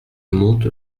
monte